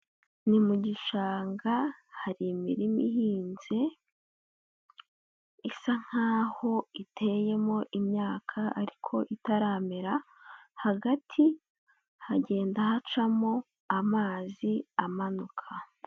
Ni mu gishanga hari imirima ihinze, isa nk'aho iteyemo imyaka ariko itaramera, hagati hagenda hacamo amazi amanuka.